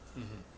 mmhmm